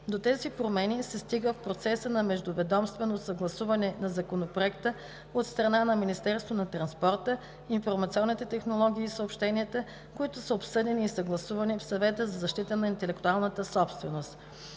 До тези промени се стига в процеса на междуведомственото съгласуване на Законопроекта от страна на Министерството на транспорта, информационните технологии и съобщенията, които са обсъдени и съгласувани в Съвета за защита на интелектуалната собственост.